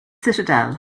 citadel